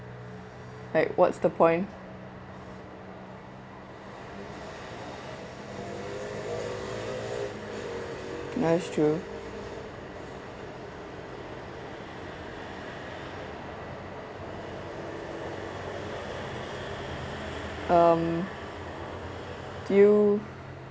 like what's the point that's true um do you